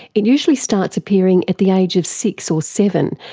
it usually starts appearing at the age of six or seven,